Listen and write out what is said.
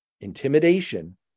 intimidation